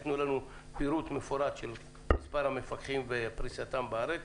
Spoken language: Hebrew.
תנו לנו פירוט מפורט של מספר המפקחים ופריסתם בארץ.